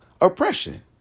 Oppression